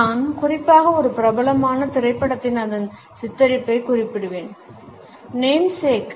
நான் குறிப்பாக ஒரு பிரபலமான திரைப்படத்தின் அதன் சித்தரிப்பைக் குறிப்பிடுவேன் நேம்சேக்